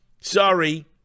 Sorry